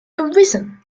arisen